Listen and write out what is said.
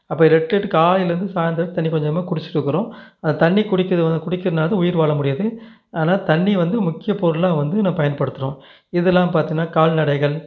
அப்போ இது எட்டு லிட்ரு காலையிலேந்து சாய்ந்தரம் தண்ணி கொஞ்சம் கொஞ்சமாக குடிச்சுட்டு இருக்கிறோம் அது தண்ணி குடிக்கிறது வந்து குடிக்கிறனால் தான் உயிர் வாழ முடிகிறது ஆனால் தண்ணி வந்து முக்கிய பொருளாக வந்து நான் பயன்படுத்துகிறோம் இதெலாம் பார்த்தீன்னா கால் நடைகள்